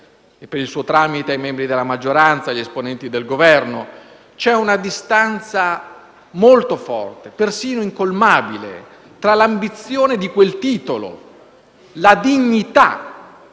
e per il suo tramite ai membri della maggioranza e agli esponenti del Governo - c'è però una distanza molto forte, persino incolmabile, tra l'ambizione di quel titolo, la dignità,